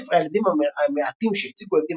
ספרי הילדים המעטים שהציגו ילדים